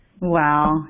Wow